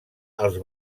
els